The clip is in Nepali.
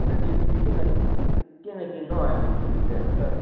अन्त टिभी चाहिँ किन किन किन्नु हो अहिले टिभी चाहिँ अन्त